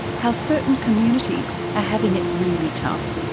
how certain communities are having it really tough.